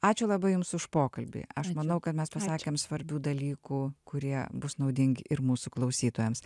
ačiū labai jums už pokalbį aš manau kad mes pasakėm svarbių dalykų kurie bus naudingi ir mūsų klausytojams